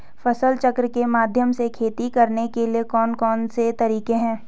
फसल चक्र के माध्यम से खेती करने के लिए कौन कौन से तरीके हैं?